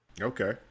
Okay